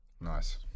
Nice